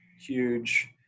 huge